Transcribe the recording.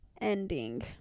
ending